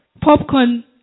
Popcorn